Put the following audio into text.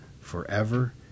forever